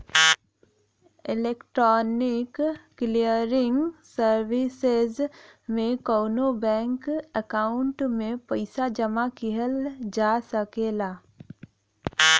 electronic clearing services में कउनो bank account में पइसा जमा किहल जा सकला